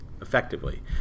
effectively